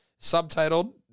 subtitled